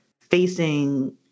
facing